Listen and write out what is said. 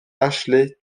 ashley